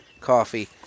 Coffee